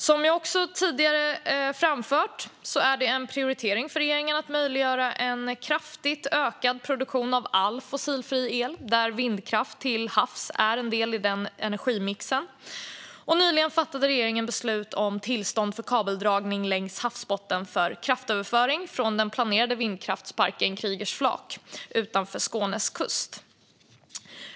Som jag också tidigare framfört är en prioritering för regeringen att möjliggöra en kraftigt ökad produktion av all fossilfri el, där vindkraft till havs är en del i energimixen. Nyligen fattade regeringen beslut om tillstånd för kabeldragning längs havsbotten för kraftöverföring från den planerade vindkraftsparken Kriegers flak utanför Skånes kust.